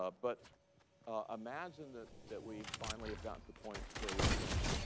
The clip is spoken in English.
ah but i imagine that that we finally have gotten to the point where we can